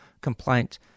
complaint